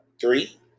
three